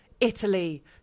Italy